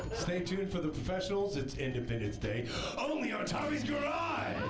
stay tuned for the professionals. it's independence day only on tommy's garage!